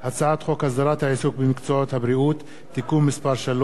הצעת חוק הסדרת העיסוק במקצועות הבריאות (תיקון מס' 3),